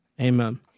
amen